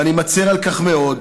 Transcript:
ואני מצר על כך מאוד,